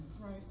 Right